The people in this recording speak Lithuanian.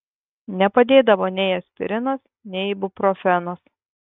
nepadėdavo nei aspirinas nei ibuprofenas